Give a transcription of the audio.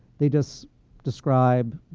they just describe,